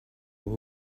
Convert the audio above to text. were